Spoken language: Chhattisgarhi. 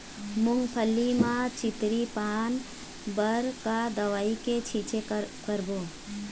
मूंगफली म चितरी पान बर का दवई के छींचे करबो?